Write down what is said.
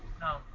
No